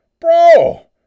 Bro